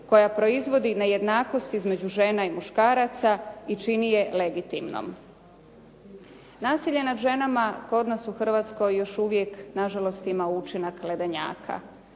koja proizvodi nejednakost između žena i muškaraca i čini je legitimnom. Nasilje nad ženama kod nas u Hrvatskoj još uvijek nažalost ima učinak ledenjaka.